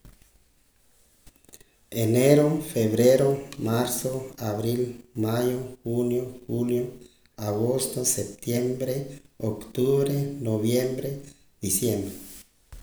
Enero febrero marzo abril mayo junio julio agosto septiembre octubre noviembre diciembre